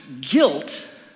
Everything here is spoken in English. guilt